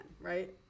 right